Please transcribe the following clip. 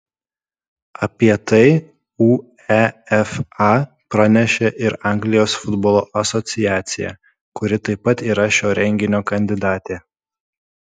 apie tai uefa pranešė ir anglijos futbolo asociacija kuri taip pat yra šio renginio kandidatė